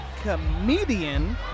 comedian